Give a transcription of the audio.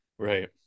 Right